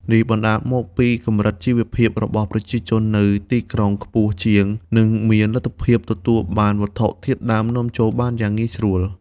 នេះបណ្ដាលមកពីកម្រិតជីវភាពរបស់ប្រជាជននៅទីក្រុងខ្ពស់ជាង និងមានលទ្ធភាពទទួលបានវត្ថុធាតុដើមនាំចូលបានយ៉ាងងាយស្រួល។